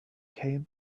came